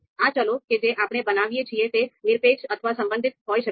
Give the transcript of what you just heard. આ ચલો કે જે આપણે બનાવીએ છીએ તે નિરપેક્ષ અથવા સંબંધિત હોઈ શકે છે